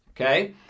Okay